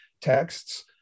texts